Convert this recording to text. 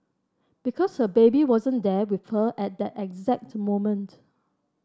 because her baby wasn't there with her at that exact moment